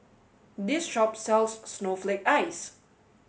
this shop sells snowflake ice